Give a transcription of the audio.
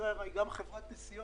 ישראייר היא גם סוכנות נסיעות,